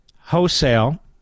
wholesale